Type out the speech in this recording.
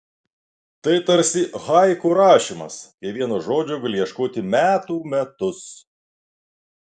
tai tarsi haiku rašymas kai vieno žodžio gali ieškoti metų metus